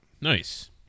Nice